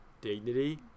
Dignity